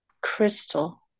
Crystal